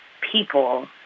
people